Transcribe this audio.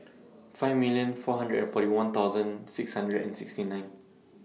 five million four hundred and forty one thousand six hundred and sixty nine